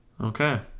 Okay